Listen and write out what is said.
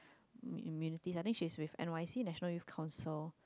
immunity I think she is with n_y_c National Youth Council